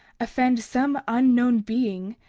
offend some unknown being,